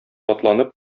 атланып